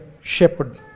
shepherd